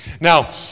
Now